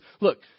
look